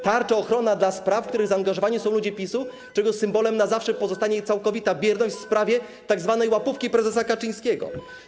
Tarcza, ochrona dla spraw, w których zaangażowani są ludzie PiS, czego symbolem na zawsze pozostanie całkowita bierność w sprawie tzw. łapówki prezesa Kaczyńskiego.